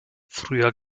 früher